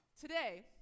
Today